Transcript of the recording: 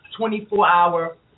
24-hour